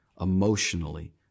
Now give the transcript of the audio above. emotionally